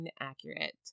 inaccurate